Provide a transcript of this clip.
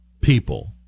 people